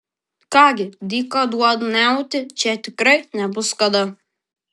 ką gi dykaduoniauti čia tikrai nebus kada